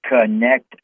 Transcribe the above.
Connect